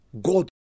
God